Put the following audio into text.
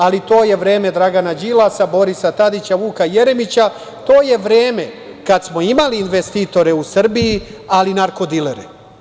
Ali to je vreme Dragana Đilasa, Borisa Tadića, Vuka Jeremića, to je vreme kada smo imali investitore u Srbiji, ali narko-dilere.